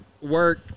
work